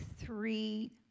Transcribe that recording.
three